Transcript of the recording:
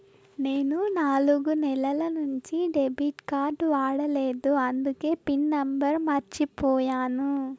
నేను నాలుగు నెలల నుంచి డెబిట్ కార్డ్ వాడలేదు అందికే పిన్ నెంబర్ మర్చిపోయాను